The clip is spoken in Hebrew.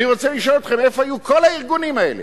אני רוצה לשאול אתכם: איפה היו כל הארגונים האלה,